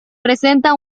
presenta